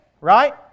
Right